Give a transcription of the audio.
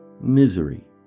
misery